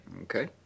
Okay